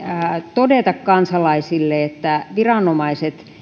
todeta kansalaisille että viranomaiset